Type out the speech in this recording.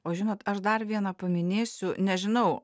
o žinot aš dar vieną paminėsiu nežinau